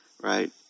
right